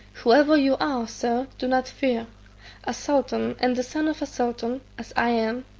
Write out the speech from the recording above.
whoever you are, sir, do not fear a sultan, and the son of a sultan, as i am,